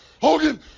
Hogan